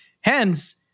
Hence